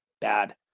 bad